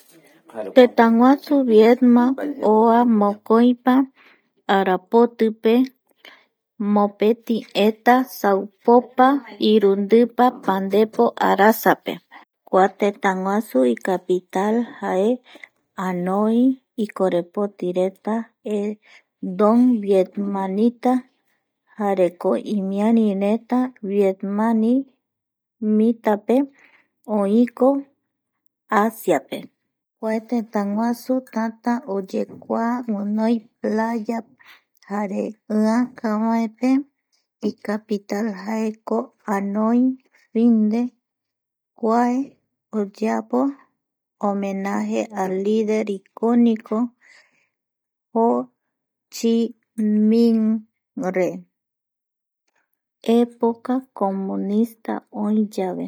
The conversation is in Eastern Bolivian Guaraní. Tëtäguasu Vietman oako mokoi arapotipe mopeti eta saupopa irundipa pandepo arasape kua tëtäguasu icapital jae Hanói, ikorepotireta jaeko Bong vietnamita jareko imiarireta iñee vietnamitape oiko Asiape kua tëtáguasu guinoi playa jare ïaka icapital jaeko Hanöi Rinde kua oyeapo homenaje al lider único ho, Chi Minhpe époc a comunista oïyave